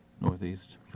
Northeast